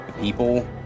people